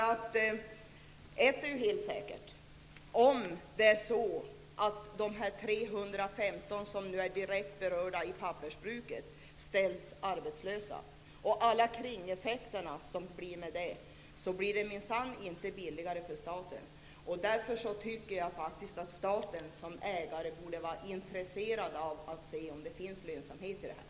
Ett är säkert, om de 315 på pappersbruket som nu är direkt berörda ställs arbetslösa blir det minsann inte billigare för staten, med alla kringeffekter. Därför tycker jag staten som ägare borde vara intresserad av att se om det finns lönsamhet i detta.